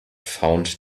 found